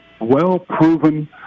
well-proven